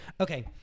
okay